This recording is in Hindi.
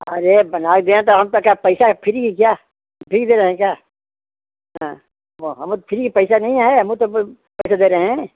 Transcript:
अरे बनाई दें तो हमको का पैसा है फ्री है क्या फ्री दे रहें क्या हाँ वह हम फ्री पैसा नहीं है हमहु तब पैसे दे रहे हैं